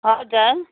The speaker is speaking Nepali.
हजुर